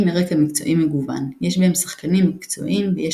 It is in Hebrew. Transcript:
מרקע מקצועי מגוון יש בהם שחקנים מקצועיים ויש